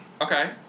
Okay